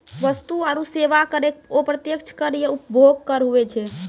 वस्तु आरो सेवा कर एक अप्रत्यक्ष कर या उपभोग कर हुवै छै